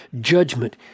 judgment